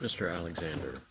mr alexander